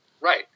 Right